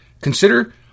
Consider